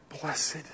blessed